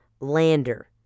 Lander